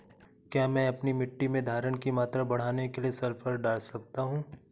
क्या मैं अपनी मिट्टी में धारण की मात्रा बढ़ाने के लिए सल्फर डाल सकता हूँ?